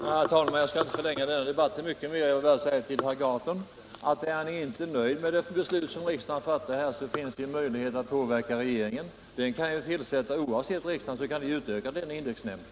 Herr talman! Jag skall inte förlänga denna debatt så mycket; jag vill bara säga till herr Gahrton att är han inte nöjd med det beslut som riksdagen fattar, så finns det möjlighet att påverka regeringen. Oavsett riksdagens beslut kan den ju utöka indexnämnden.